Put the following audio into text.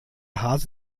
hase